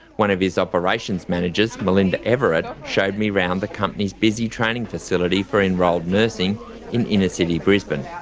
one of his operations managers, melinda everett, showed me around the company's busy training facility for enrolled nursing in inner-city brisbane.